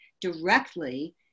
directly